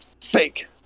fake